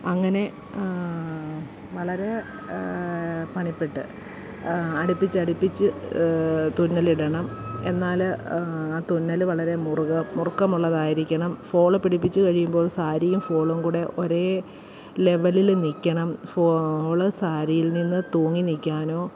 അങ്ങനെ വളരെ പണിപ്പെട്ട് അടിപ്പിച്ച് അടുപ്പിച്ച് തുന്നൽ ഇടണം എന്നാൽ ആ തുന്നൽ വളരെ മുറുക്കമുള്ളതായിരിക്കണം ഫോള് പിടിപ്പിച്ച് കഴിയുമ്പോൾ സാരിയും ഫോളും കൂടെ ഒരേ ലെവെലിലും നിൽക്കണം ഫോള് സാരിയിൽ നിന്ന് തൂങ്ങി നിൽക്കാനോ